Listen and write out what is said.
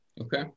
Okay